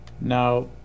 Now